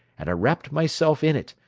and wrapped myself in it,